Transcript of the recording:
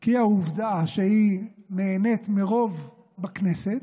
כי העובדה שהיא נהנית מרוב בכנסת